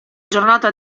giornata